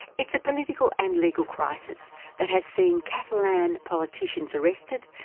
it's a political and legal crisis that has seen catalan politicians arrested,